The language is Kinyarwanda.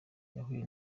yahuye